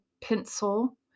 pencil